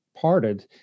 parted